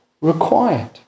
required